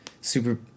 super